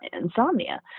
insomnia